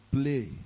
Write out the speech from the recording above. play